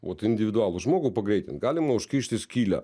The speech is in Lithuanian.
vat individualų žmogų pagreitint galima užkišti skylę